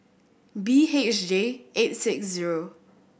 B H J eight six zero